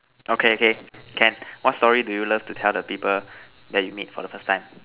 okay okay can what story do you love to tell the people that you meet for the first time